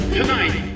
tonight